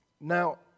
Now